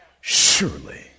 surely